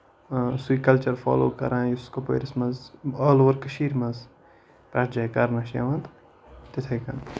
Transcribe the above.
سُے culture follow کران یُس کوپوٲرِس منٛز آل اوٚور کشیٖر منٛز پرٮ۪تھ جایہِ کرنہٕ چھُ یِوان تِتھٕے کٔنۍ